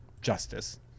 justice